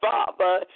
Father